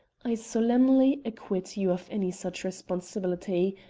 i solemnly acquit you of any such responsibility.